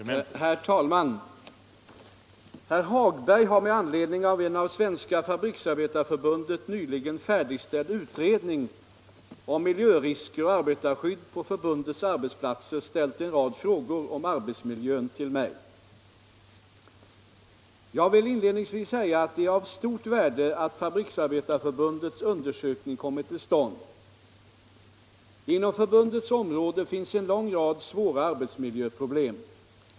91, och anförde: Herr talman! Herr Hagberg i Borlänge har med anledning av en av Svenska fabriksarbetareförbundet nyligen färdigställd utredning om miljörisker och arbetarskydd på förbundets arbetsplatser ställt en rad frågor om arbetsmiljön till mig. Jag vill inledningsvis säga att det är av stort värde att Fabriksarbetareförbundets undersökning kommit till stånd. Inom förbundets område finns en lång rad svåra arbetsmiljöproblem.